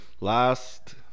Last